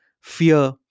fear